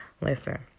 Listen